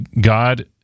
god